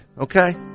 okay